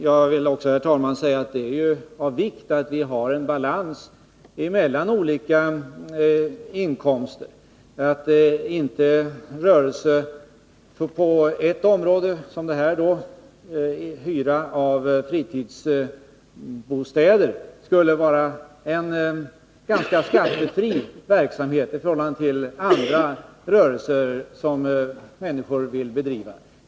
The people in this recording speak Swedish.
Jag vill också, herr talman, säga att det är av vikt att vi har en balans mellan olika inkomster, så att inte rörelse på ett område — som det här, hyra av fritidsbostäder — skulle vara en i stort sett skattefri verksamhet i förhållande till andra rörelser som människor vill bedriva.